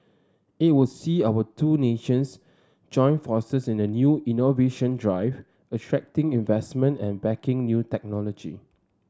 it will see our two nations join forces in a new innovation drive attracting investment and backing new technology